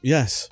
Yes